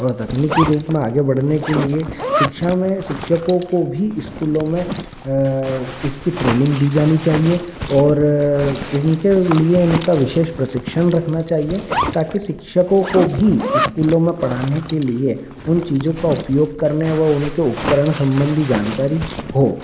और तकनीकी रूप में आगे बढ़ने के लिए शिक्षा में शिक्षकों को भी स्कूलों में इसकी ट्रेनिंग दी जानी चाहिए और इनके लिए इनका विशेष प्रशिक्षण रखना चाहिए ताकि शिक्षकों को भी स्कूलो में पढ़ाने के लिए उन चीज़ों का उपयोग करने व उनके उपकरण संबंधी जानकारी हो